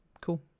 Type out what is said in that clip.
cool